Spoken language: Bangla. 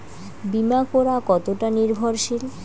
বীমা করা কতোটা নির্ভরশীল?